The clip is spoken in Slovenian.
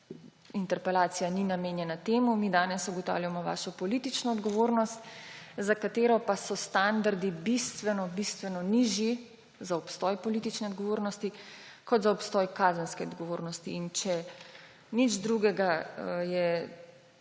interpelacija ni namenjena temu, mi danes ugotavljamo vašo politično odgovornost, za katero pa so standardi bistveno bistveno nižji, za obstoj politične odgovornosti kot za obstoj kazenske odgovornosti. Če nič drugega, je